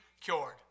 cured